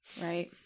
Right